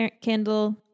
candle